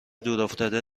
دورافتاده